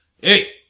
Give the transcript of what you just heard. hey